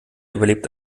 überlebt